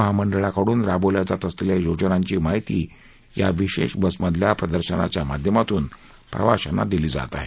महामंडळाकडून राबवल्या जात असलेल्या योजनांची माहीती या विशेष बसमधल्या प्रदर्शनाच्या माध्यमातून प्रवाशांना दिली जात आहे